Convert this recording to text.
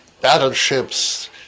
battleships